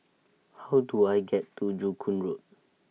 How Do I get to Joo Koon Road